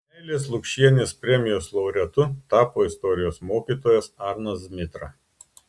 meilės lukšienės premijos laureatu tapo istorijos mokytojas arnas zmitra